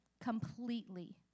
completely